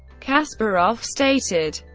kasparov stated,